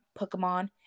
Pokemon